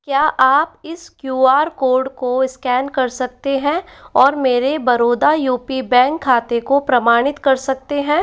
क्या आप इस क्यू आर कोड को स्कैन कर सकते हैं और मेरे बरोदा यू पी बैंक खाते को प्रमाणित कर सकते हैं